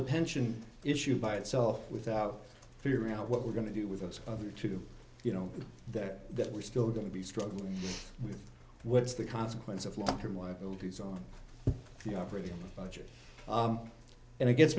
the pension issue by itself without figuring out what we're going to do with those other two you know that that we're still going to be struggling with what's the consequence of long term liabilities on the operating budget and it gets